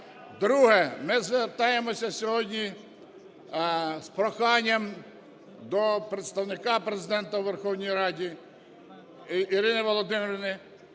Друге. Ми звертаємося сьогодні з проханням до Представника Президента у Верховній Раді Ірини Володимирівни,